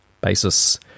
Basis